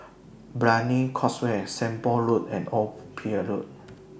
Brani Causeway Seng Poh Road and Old Pier Road